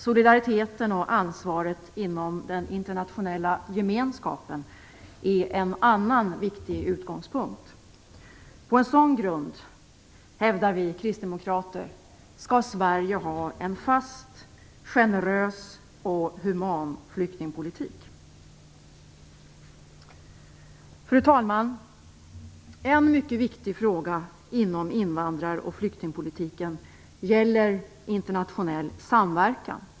Solidariteten och ansvaret inom den internationella gemenskapen är en annan viktig utgångspunkt. Vi kristdemokrater hävdar att Sverige på en sådan grund skall ha en fast, generös och human flyktingpolitik. Fru talman! En mycket viktig fråga inom invandrar och flyktingpolitiken gäller internationell samverkan.